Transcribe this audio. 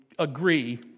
agree